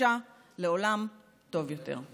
חדשה לעולם טוב יותר.